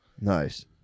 Nice